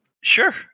Sure